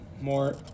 More